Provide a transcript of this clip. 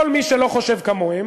כל מי שלא חושב כמוהם